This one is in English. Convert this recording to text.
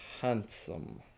Handsome